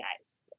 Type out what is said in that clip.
guys